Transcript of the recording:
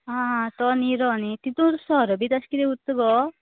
आं आं तो निरो न्ही तितून सोरो बीन तशे कितें उरता गो